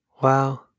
Wow